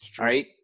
right